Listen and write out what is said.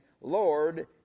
Lord